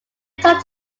talk